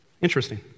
Interesting